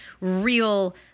real